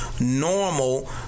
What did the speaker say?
normal